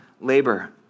labor